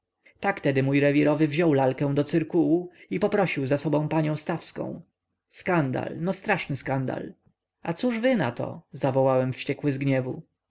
tak tedy mój rewirowy wziął lalkę do cyrkułu i poprosił ze sobą panią stawską skandal no straszny skandal a cóż wy nato zawołałem wściekły z gniewu